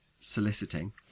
soliciting